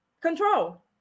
Control